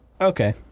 Okay